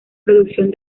producción